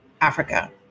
Africa